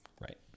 right